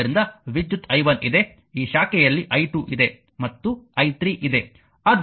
ಆದ್ದರಿಂದ ವಿದ್ಯುತ್ i 1 ಇದೆ ಈ ಶಾಖೆಯಲ್ಲಿ i 2 ಇದೆ ಮತ್ತು i3 ಇದೆ